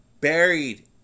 buried